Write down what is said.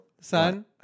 son